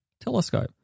Telescope